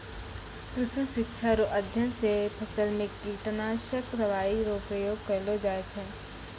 कृषि शिक्षा रो अध्ययन से फसल मे कीटनाशक दवाई रो प्रयोग करलो जाय छै